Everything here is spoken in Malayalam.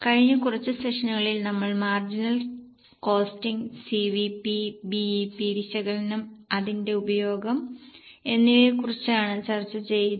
കഴിഞ്ഞ കുറച്ച് സെഷനുകളിൽ നമ്മൾ മാർജിനൽ കോസ്റ്റിംഗ് CVP BEP വിശകലനം അതിന്റെ ഉപയോഗം എന്നിവയെക്കുറിച്ചാണ് ചർച്ച ചെയ്യുന്നത്